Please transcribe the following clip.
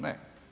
Ne.